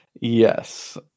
Yes